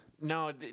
No